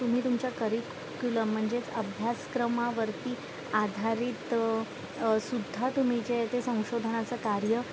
तुम्ही तुमच्या करिक्युलम म्हणजेच अभ्यासक्रमावरती आधारित सुद्धा तुम्ही जे ते संशोधनाचं कार्य